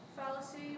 fallacy